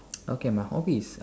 okay my hobby is